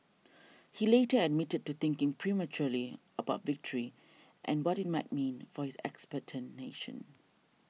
he later admitted to thinking prematurely about victory and what it might mean for his expectant nation